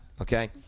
Okay